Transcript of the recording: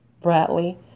Bradley